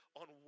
on